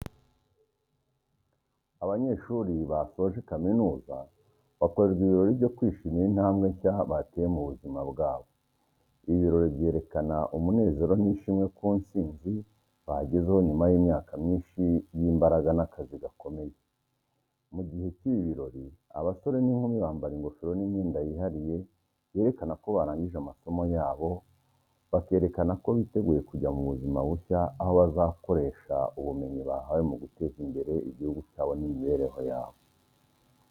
Abanyeshuri basoje kaminuza bakorerwa ibirori byo kwishimira intambwe nshya bateye mu buzima bwabo. Ibi birori byerekana umunezero n’ishimwe ku ntsinzi bagezeho nyuma y’imyaka myinshi y’imbaraga n’akazi gakomeye. Mu gihe cy’ibi birori, abasore n’inkumi bambara ingofero n’imyenda yihariye yerekana ko barangije amasomo yabo, bakerekana ko biteguye kujya mu buzima bushya, aho bazakoresha ubumenyi bahawe mu guteza imbere igihugu cyabo n’imibereho yabo.